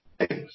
Six